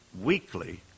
weekly